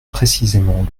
précisément